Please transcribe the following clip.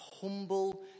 humble